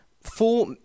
four